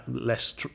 less